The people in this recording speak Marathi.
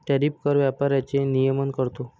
टॅरिफ कर व्यापाराचे नियमन करतो